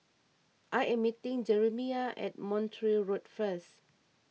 I am meeting Jeremiah at Montreal Road first